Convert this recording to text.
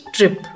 Trip